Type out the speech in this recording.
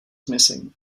missing